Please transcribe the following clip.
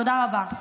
תודה רבה.